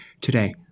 today